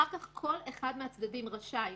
אחר כך כל אחד מהצדדים רשאי,